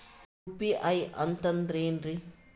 UPI ಅಂತಂದ್ರೆ ಏನ್ರೀ?